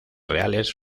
reales